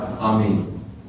Amen